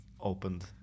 opened